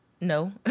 No